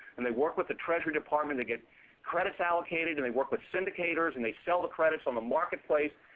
and they work with the treasury department to get credits allocated, and they work with syndicators, and they sell the credits on the marketplace,